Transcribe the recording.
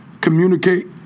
communicate